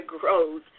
grows